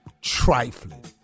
trifling